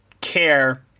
care